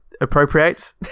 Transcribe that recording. appropriates